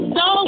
no